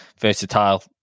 versatile